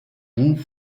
roux